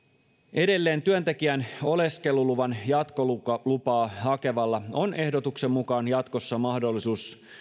edelleen työntekijän oleskeluluvan jatkolupaa hakevalla on ehdotuksen mukaan jatkossa mahdollisuus